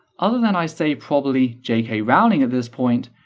other than i'd say probably j. k. rowling at this point,